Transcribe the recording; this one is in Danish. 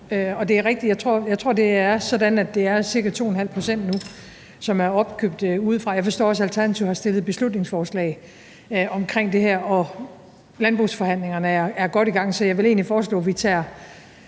Og det er rigtigt – jeg tror, at det er sådan, at det er cirka 2½ pct. nu, som er opkøbt udefra. Jeg forstår også, at Alternativet har fremsat et beslutningsforslag omkring det her. Og landbrugsforhandlingerne er godt i gang, så jeg vil egentlig foreslå, at vi tager